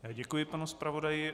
Já děkuji panu zpravodaji.